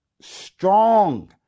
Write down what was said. strong